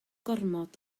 gormod